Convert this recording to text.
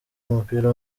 w’umupira